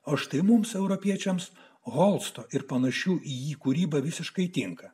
o štai mums europiečiams holsto ir panašių į jį kūryba visiškai tinka